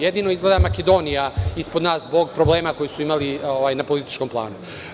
Jedino je izgleda Makedonija ispod nas, zbog problema koji su imali na političkom planu.